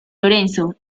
lorenzo